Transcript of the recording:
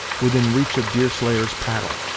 within reach of deerslayer's paddle.